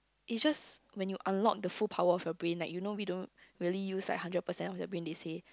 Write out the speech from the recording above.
is just when you unlock the full power of your brain like you know we don't really use like hundred percent of the brain they say